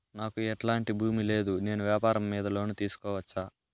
నాకు ఎట్లాంటి భూమి లేదు నేను వ్యాపారం మీద లోను తీసుకోవచ్చా?